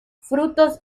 frutos